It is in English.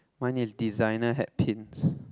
my is designer had pins